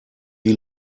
die